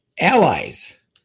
allies